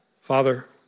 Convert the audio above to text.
Father